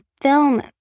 film